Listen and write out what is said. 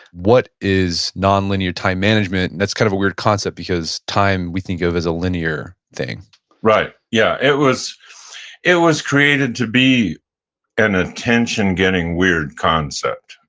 what is nonlinear time management? and that's kind of a weird concept because time we think of as linear thing right. yeah. it was it was created to be an attention-getting, weird concept,